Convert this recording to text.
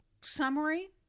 summary